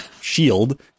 shield